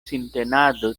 sintenado